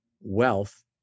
wealth